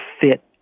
fit